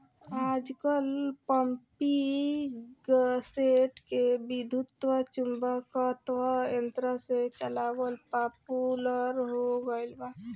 आजकल पम्पींगसेट के विद्युत्चुम्बकत्व यंत्र से चलावल पॉपुलर हो गईल बा